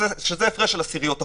זה הפרש של עשיריות אחוז.